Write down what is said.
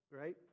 right